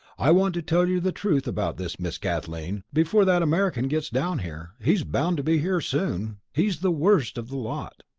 i want to tell you the truth about this, miss kathleen, before that american gets down here he's bound to be here soon. he's the worst of the lot.